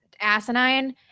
asinine